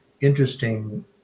interesting